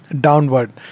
downward